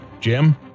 Jim